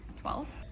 Twelve